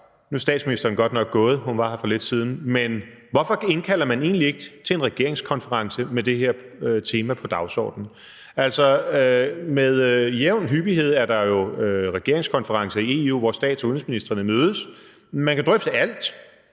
Nu er statsministeren godt nok gået, men hun var her for lidt siden, og derfor kunne jeg godt tænke mig at spørge: Hvorfor indkalder man egentlig ikke til en regeringskonference med det her tema på dagsordenen? Altså, med jævne mellemrum er der regeringskonferencer i EU, hvor stats- og udenrigsministrene mødes. Man kan drøfte alt.